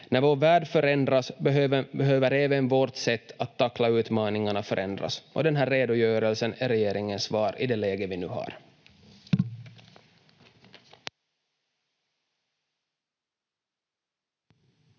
När vår värld förändras behöver även vårt sätt att tackla utmaningarna förändras, och den här redogörelsen är regeringens svar i det läge vi nu har.